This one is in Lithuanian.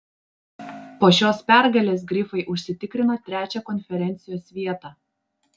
po šios pergalės grifai užsitikrino trečią konferencijos vietą